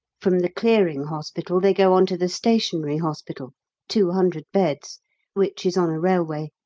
from the clearing hospital they go on to the stationary hospital two hundred beds which is on a railway,